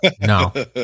No